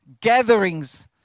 gatherings